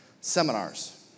seminars